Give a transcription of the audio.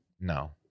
No